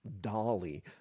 Dolly